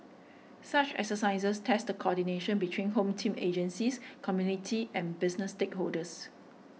such exercises test the coordination between Home Team agencies community and business stakeholders